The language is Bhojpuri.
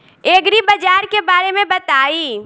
एग्रीबाजार के बारे में बताई?